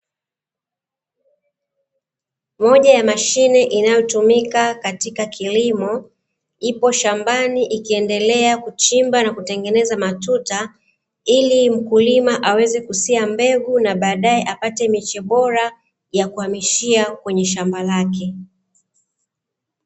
Moja ya mashine inayotumika katika kilimo, ipo shambani ikiendelea kuchimba na kutengeneza matuta, ili mkulima aweze kusia mbegu na baadaye apate miche bora ya kuhamishia kwenye shamba lake.